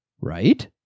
Right